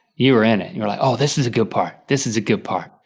you were in it. you were like oh this is a good part, this is a good part.